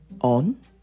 on